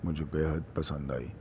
مجھے بے حد پسند آئی